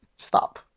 Stop